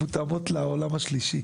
מותאמות לעולם השלישי.